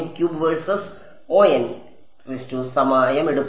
സമയമെടുക്കും